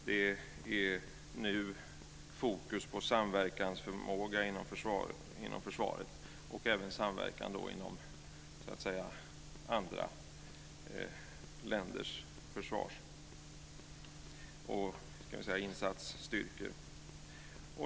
Fokus är nu på samverkansförmåga inom försvaret och även samverkan inom andra länders försvars och insatsstyrkor.